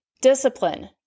discipline